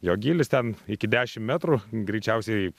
jo gylis ten iki dešimt metrų greičiausiai